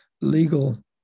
legal